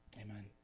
Amen